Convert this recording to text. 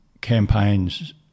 campaigns